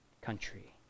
country